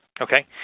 Okay